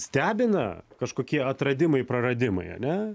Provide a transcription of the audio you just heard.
stebina kažkokie atradimai praradimai ane